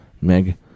Meg